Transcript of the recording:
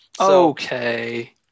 Okay